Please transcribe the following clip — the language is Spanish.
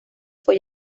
fue